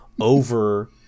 over